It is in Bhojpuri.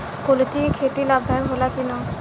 कुलथी के खेती लाभदायक होला कि न?